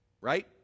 Right